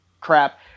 crap